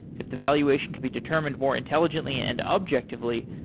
if the valuation can be determined more intelligently and objectively,